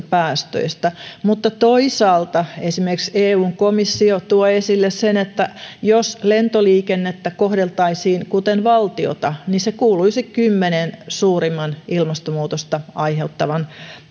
päästöistä mutta toisaalta esimerkiksi eun komissio tuo esille sen että jos lentoliikennettä kohdeltaisiin kuten valtiota niin se kuuluisi kymmenen suurimman ilmastonmuutosta aiheuttavan